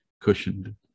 cushioned